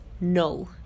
no